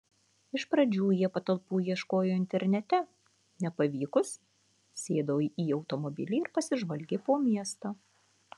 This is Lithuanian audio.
iš pradžių jie patalpų ieškojo internete nepavykus sėdo į automobilį ir pasižvalgė po miestą